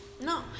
No